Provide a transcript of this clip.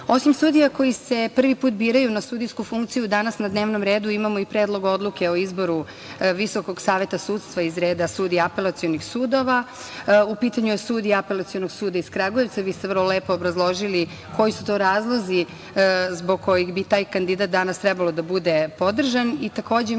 sudija koje se prvi put biraju na sudijsku funkciju, danas na dnevnom redu imamo i Predlog odluke o izboru VSS iz reda sudija apelacionih sudova. U pitanju je sudija Apelacionog suda iz Kragujevca. Vi ste vrlo lepo obrazložili koji su to razlozi zbog kojih bi taj kandidat danas trebalo da bude podržan.